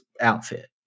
outfit